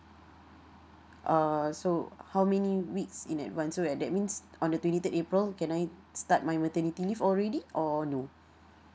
uh so how many weeks in advance so like that means on the twenty third april can I start my maternity leave already or no